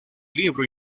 libro